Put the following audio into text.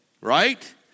right